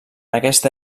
aquesta